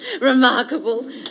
Remarkable